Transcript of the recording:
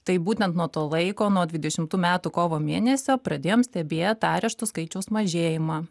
tai būtent nuo to laiko nuo dvidešimtų metų kovo mėnesio pradėjom stebėt areštų skaičiaus mažėjimą